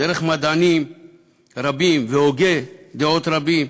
דרך מדענים רבים והוגי דעות רבים,